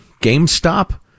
GameStop